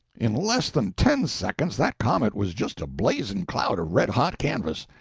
in less than ten seconds that comet was just a blazing cloud of red-hot canvas.